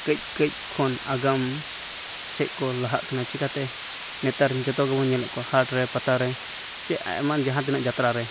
ᱠᱟᱹᱡᱼᱠᱟᱹᱡ ᱠᱷᱚᱱ ᱟᱜᱟᱢ ᱥᱮᱫ ᱠᱚ ᱞᱟᱦᱟᱜ ᱠᱟᱱᱟ ᱪᱮᱠᱟᱛᱮ ᱱᱮᱛᱟᱨ ᱡᱚᱛᱚ ᱜᱮᱵᱚᱱ ᱧᱮᱞᱮᱫ ᱠᱚᱣᱟ ᱦᱟᱴ ᱨᱮ ᱯᱟᱛᱟᱨᱮ ᱪᱮ ᱟᱭᱢᱟ ᱡᱟᱦᱟᱸ ᱛᱤᱱᱟᱹᱜ ᱡᱟᱛᱨᱟᱨᱮ